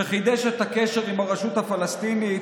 שחידש את הקשר עם הרשות הפלסטינית,